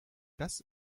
das